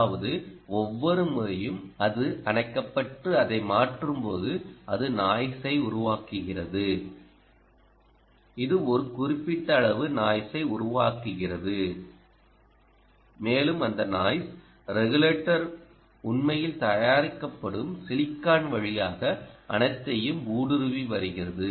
அதாவது ஒவ்வொரு முறையும் அது அணைக்கப்பட்டு அதை மாற்றும்போது அது நாய்ஸை உருவாக்குகிறது இது ஒரு குறிப்பிட்ட அளவு நாய்ஸை உருவாக்குகிறது மேலும் அந்த நாய்ஸ் ரெகுலேட்டர் உண்மையில் தயாரிக்கப்படும் சிலிக்கான் வழியாக அனைத்தையும் ஊடுருவி வருகிறது